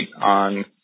on